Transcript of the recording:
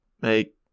make